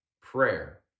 prayer